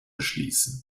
schließen